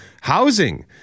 housing